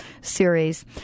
series